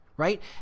Right